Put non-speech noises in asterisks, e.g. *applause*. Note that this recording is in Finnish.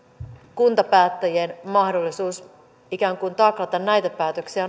kuntapäättäjien mahdollisuudet ikään kuin taklata näitä päätöksiä *unintelligible*